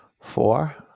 four